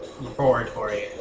laboratory